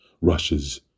rushes